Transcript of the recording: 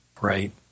Right